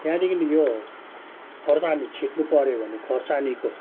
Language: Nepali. त्यहाँदेखियो खोर्सानी छिट्नु पऱ्यो भने खोर्सानीको